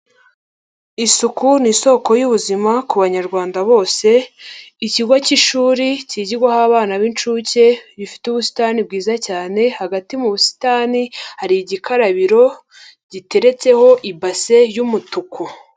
Isuku ni isoko y'ubuzima ku banyarwanda bose, ikigo cy'ishuri kigirwaho abana b'inshuke, gifite ubusitani bwiza cyane, hagati mu busitani hari igikarabiro, giteretseho ibase y'umutuku.